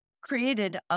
created